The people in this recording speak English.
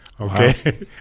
okay